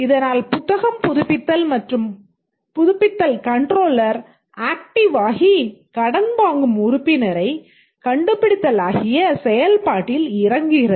இதனால் புத்தகம் புதுப்பித்தல் மற்றும் புதுப்பித்தல் கன்ட்ரோலர் ஆக்ட்டிவ் ஆகி கடன் வாங்கும் உறுப்பினரைக் கண்டுபிடித்தலாகிய செயல்பாட்டில் இறங்குகிறது